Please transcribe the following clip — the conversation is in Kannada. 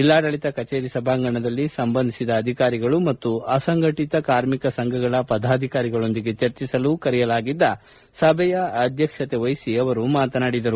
ಜಿಲ್ಲಾಡಳಿತ ಕಚೇರಿ ಸಭಾಂಗಣದಲ್ಲಿ ಸಂಬಂಧಿಸಿದ ಅಧಿಕಾರಿಗಳು ಮತ್ತು ಅಸಂಘಟಿತ ಕಾರ್ಮಿಕ ಸಂಘಗಳ ಪದಾಧಿಕಾರಿಗಳೊಂದಿಗೆ ಚರ್ಚಿಸಲು ಕರೆಯಲಾಗಿದ್ದ ಸಭೆಯ ಅಧ್ಯಕ್ಷತೆ ವಹಿಸಿ ಅವರು ಮಾತನಾಡಿದರು